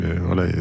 voilà